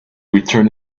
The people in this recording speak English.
return